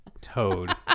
Toad